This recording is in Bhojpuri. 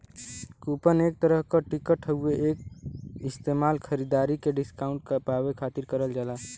कूपन एक तरह क टिकट हउवे एक इस्तेमाल खरीदारी में डिस्काउंट पावे क खातिर करल जाला